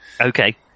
Okay